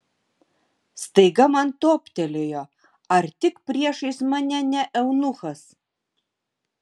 staiga man toptelėjo ar tik priešais mane ne eunuchas